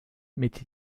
mit